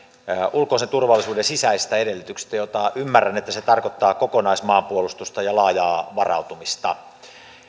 ulkoisen turvallisuuden sisäisistä edellytyksistä joiden ymmärrän tarkoittavan kokonaismaanpuolustusta ja laajaa varautumista